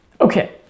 okay